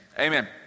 Amen